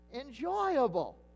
enjoyable